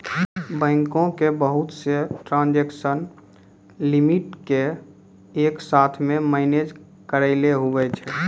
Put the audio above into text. बैंको के बहुत से ट्रांजेक्सन लिमिट के एक साथ मे मैनेज करैलै हुवै छै